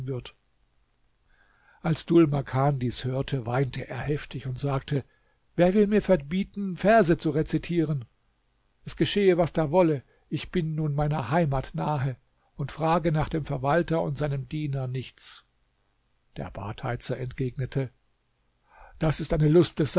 wird als dhul makan dies hörte weinte er heftig und sagte wer will mit verbieten verse zu rezitieren es geschehe was da wolle ich bin nun meiner heimat nahe und frage nach dem verwalter und seinem diener nichts der badheizer entgegnete das ist eine lust des